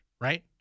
right